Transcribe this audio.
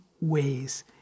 ways